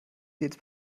gehts